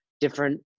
different